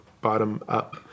bottom-up